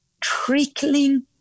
trickling